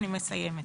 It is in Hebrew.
אני מסיימת.